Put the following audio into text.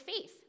faith